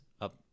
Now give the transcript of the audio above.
up